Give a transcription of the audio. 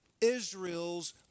Israel's